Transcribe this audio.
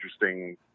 interesting